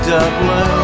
Dublin